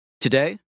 Today